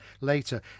later